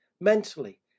mentally